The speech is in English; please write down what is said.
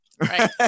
Right